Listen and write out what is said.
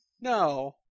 No